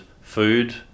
food